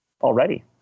Already